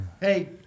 Hey